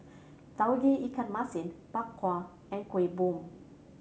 Tauge Ikan Masin Bak Kwa and Kueh Bom